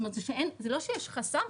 זאת אומרת זה לא שיש חסם,